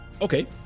Okay